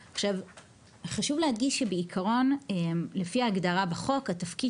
חשוב להדגיש שלפי ההגדרה בחוק התפקיד